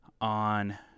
on